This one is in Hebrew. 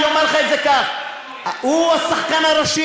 אני אומר לך את זה כך: הוא השחקן הראשי.